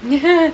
you have